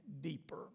deeper